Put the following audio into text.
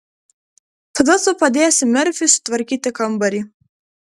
tada tu padėsi merfiui sutvarkyti kambarį